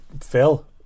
Phil